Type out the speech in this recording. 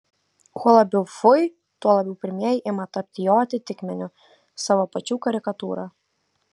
kuo labiau fui tuo labiau pirmieji ima tapti jo atitikmeniu savo pačių karikatūra